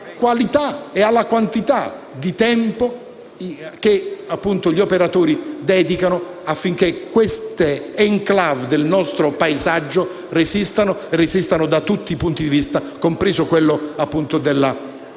e alla quantità di tempo che gli operatori dedicano affinché queste *enclave* del nostro paesaggio resistano, resistano da tutti i punti di vista, compreso quello del